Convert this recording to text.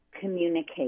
communicate